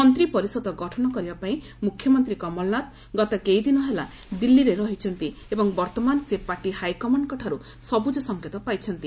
ମନ୍ତ୍ରୀପରିଷଦ ଗଠନ କରିବା ପାଇଁ ମୁଖ୍ୟମନ୍ତ୍ରୀ କମଳନାଥ ଗତ କେଇଦିନ ହେଲା ଦିଲ୍କୀରେ ରହିଛନ୍ତି ଏବଂ ବର୍ତ୍ତମାନ ସେ ପାର୍ଟି ହାଇକମାଣ୍ଡଙ୍କ ଠାରୁ ସବୁଜ ସଙ୍କେତ ପାଇଛନ୍ତି